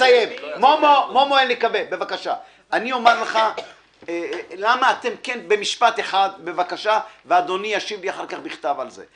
אומר לך משפט אחד ואדוני ישיב לי אחר כך בכתב על זה.